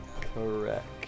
correct